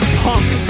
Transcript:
punk